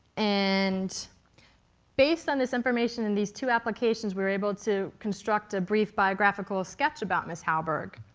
and based on this information in these two applications, we were able to construct a brief biographical sketch about ms. halberg.